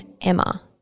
Emma